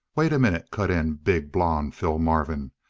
wait a minute, cut in big blond phil marvin.